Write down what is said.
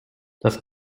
das